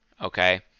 okay